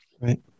Right